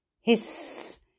hiss